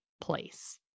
place